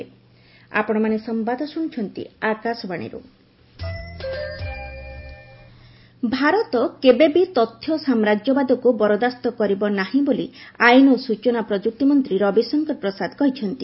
Ravishankar data Bharat କେବେ ବି ତଥ୍ୟ ସାମ୍ରାଜ୍ୟବାଦକୁ ବରଦାସ୍ତ କରିବ ନାହିଁ ବୋଲି ଆଇନ ଓ ସୂଚନା ପ୍ରଯୁକ୍ତି ମନ୍ତ୍ରୀ ରବିଶଙ୍କର ପ୍ରସାଦ କହିଛନ୍ତି